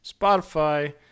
Spotify